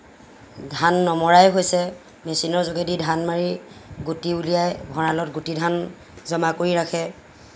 ধান নমৰাই হৈছে মেচিনৰ যোগেদি ধান মাৰি গুটি ওলিয়াই ভঁৰালত গুটি ধান জমা কৰি ৰাখে